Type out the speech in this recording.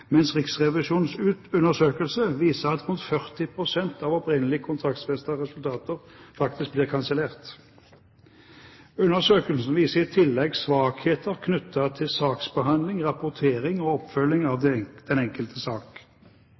mens Riksrevisjonens undersøkelse viser at rundt 40 pst. av opprinnelige kontraktsfestede resultater faktisk blir kansellert. Undersøkelsen viser i tillegg svakheter knyttet til saksbehandling, rapportering og oppfølging av den enkelte sak.